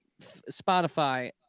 Spotify